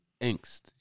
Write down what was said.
angst